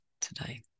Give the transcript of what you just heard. today